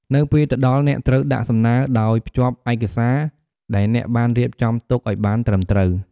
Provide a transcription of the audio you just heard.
នៅពេលទៅដល់ អ្នកត្រូវដាក់សំណើដោយភ្ជាប់ឯកសារ ដែលអ្នកបានរៀបចំទុកឲ្យបានត្រឹមត្រូវ។